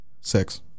six